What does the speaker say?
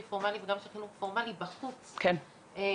פורמלי וגם של חינוך פורמלי בחוץ לקבוצות